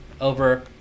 over